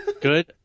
good